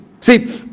See